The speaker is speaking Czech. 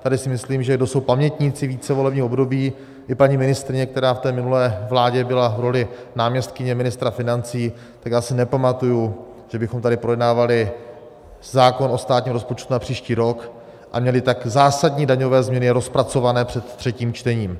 Tady si myslím, že kdo jsou pamětníci více volebních období, i paní ministryně, která v té minulé vládě byla v roli náměstkyně ministra financí, tak já si nepamatuji, že bychom tady projednávali zákon o státním rozpočtu na příští rok a měli tak zásadní daňové změny rozpracované před třetím čtením.